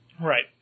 Right